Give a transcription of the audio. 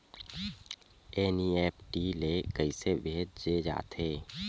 NEFT ले कइसे भेजे जाथे?